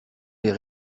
les